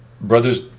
Brothers